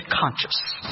conscious